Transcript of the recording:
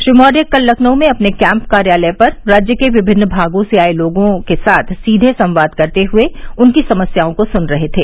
श्री मौर्य कल लखनऊ में अपने कैम्प कार्यालय पर राज्य के विभिन्न भागों से आये लोगों के साथ सीधे संवाद करते हुए उनकी समस्याओं को सुन रहे थे